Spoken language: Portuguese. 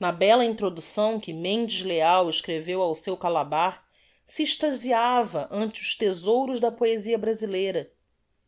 na bella introducção que mendes leal escreveu ao seu calabar se extasiava ante os thezouros da poesia brasileira